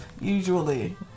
usually